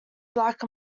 black